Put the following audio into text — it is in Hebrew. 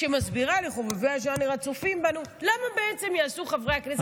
שמסבירה לחובבי הז'אנר הצופים בנו למה בעצם יעשו חברי הכנסת,